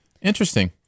Interesting